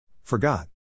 Forgot